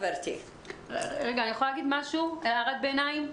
אני יכולה להגיד משהו כהערת ביניים?